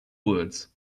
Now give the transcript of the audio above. words